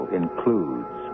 includes